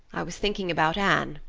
i was thinking about anne,